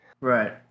Right